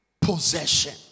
possession